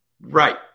Right